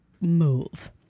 move